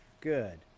Good